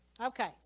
okay